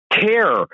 care